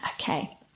okay